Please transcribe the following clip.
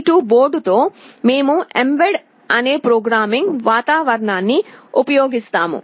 STM32 బోర్డుతో మేము mbed అనే ప్రోగ్రామింగ్ వాతావరణాన్ని ఉపయోగిస్తాము